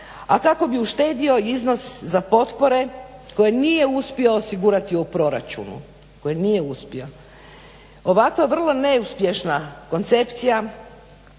a kako bi uštedio iznos za potpore koje nije uspio osigurati u proračunu. Ovakva vrlo neuspješna koncepcija